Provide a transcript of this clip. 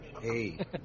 Hey